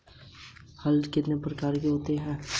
हल कितने प्रकार के होते हैं?